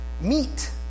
Meat